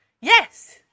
Yes